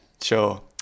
Sure